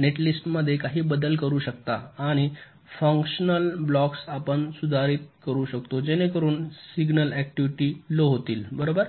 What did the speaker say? नेटलिस्टमध्ये काही बदल करू शकता आणि काही फुन्कशनल ब्लॉक्स आपण सुधारित करू शकता जेणेकरून सिग्नल ऍक्टिव्हिटी लो होतील बरोबर